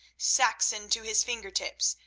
saxon to his finger-tips,